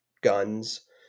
guns